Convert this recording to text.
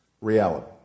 reality